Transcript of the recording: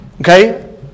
Okay